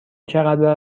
چقدر